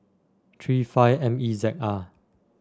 three five M E Z R